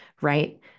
Right